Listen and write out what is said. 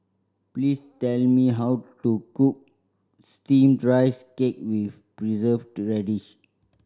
please tell me how to cook Steamed Rice Cake with Preserved Radish